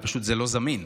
ופשוט זה לא זמין.